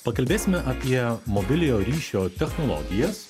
pakalbėsime apie mobiliojo ryšio technologijas